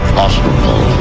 possible